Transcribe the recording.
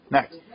Next